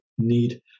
need